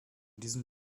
diesem